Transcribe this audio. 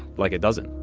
like it doesn't.